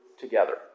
together